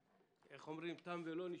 איך אומרים: תם ולא נשלם.